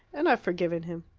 and i've forgiven him.